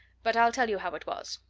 but i'll tell you how it was.